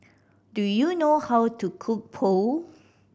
do you know how to cook Pho